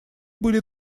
были